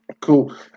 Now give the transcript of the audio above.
Cool